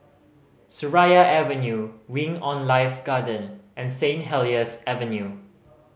Seraya Avenue Wing On Life Garden and Saint Helier's Avenue